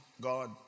God